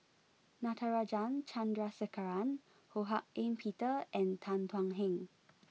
Natarajan Chandrasekaran Ho Hak Ean Peter and Tan Thuan Heng